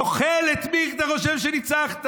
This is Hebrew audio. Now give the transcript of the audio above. נוכל, את מי אתה חושב שניצחת?